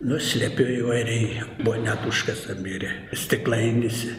nu slepiu įvairiai buvo net užkasta mirė stiklainis